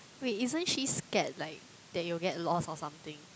wait isn't she scared like that you'll get lost or something